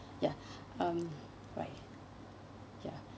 ya ya um right ya